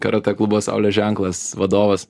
karatė klubo saulės ženklas vadovas